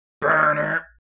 Burner